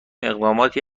اقداماتی